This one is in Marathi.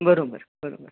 बरोबर बरोबर